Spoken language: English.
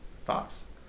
thoughts